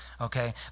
Okay